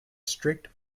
strict